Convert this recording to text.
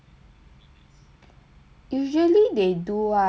usually they do ah but if you want maybe